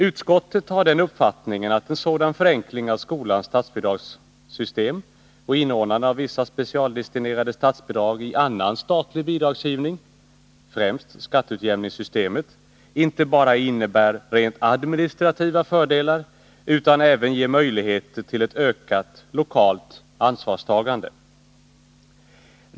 Utskottet har den uppfattningen att en sådan förenkling av skolans statsbidragssystem och inordnandet av vissa specialdestinerade statsbidrag i annan statlig bidragsgivning — främst skatteutjämningssystemet —-inte bara innebär rent administrativa fördelar utan även ger möjligheter till ett ökat lokalt ansvarstagande.